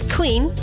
Queen